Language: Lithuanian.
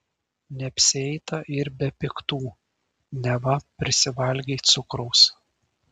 neapsieita ir be piktų neva prisivalgei cukraus